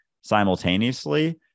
simultaneously